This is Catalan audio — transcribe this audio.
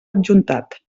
adjuntat